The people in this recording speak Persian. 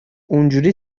اونجوری